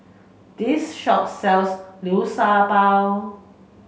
this shop sells Liu Sha Bao